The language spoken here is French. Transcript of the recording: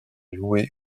louer